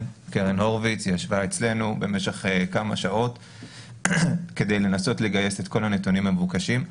הורביץ אצלנו במשך כמה שעות כדי לנסות לגייס את כל הנתונים המבוקשים.